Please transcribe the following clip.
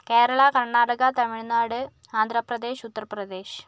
Kerala Karnataka Tamil Nadu Andhra Pradesh Uttar Pradesh